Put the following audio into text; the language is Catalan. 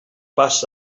pas